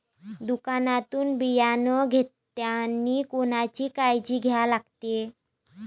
दुकानातून बियानं घेतानी कोनची काळजी घ्या लागते?